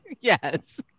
yes